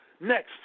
Next